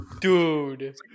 Dude